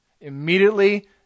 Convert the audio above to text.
Immediately